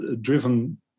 driven